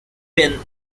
pin